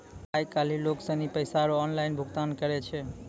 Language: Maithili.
आय काइल लोग सनी पैसा रो ऑनलाइन भुगतान करै छै